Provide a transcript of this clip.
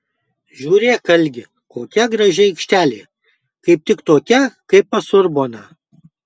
žiūrėk algi kokia graži aikštelė kaip tik tokia kaip pas urboną